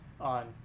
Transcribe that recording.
on